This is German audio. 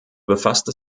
befasste